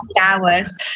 hours